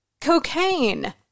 cocaine